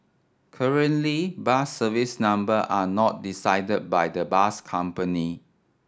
currently bus service number are not decided by the bus company